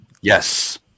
yes